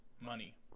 money